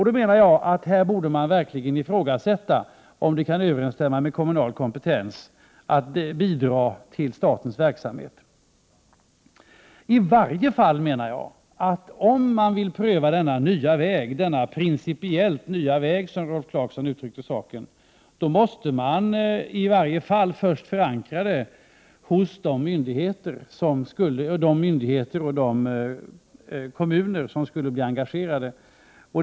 Då menar jag att man här verkligen borde ifrågasätta om det kan överensstämma med kommunal kompetens att bidra till statens verksamhet. Om man vill pröva denna principiellt nya väg, som Rolf Clarkson uttryckte saken, måste man i varje fall först förankra den hos de myndigheter och kommuner som skulle bli engagerade.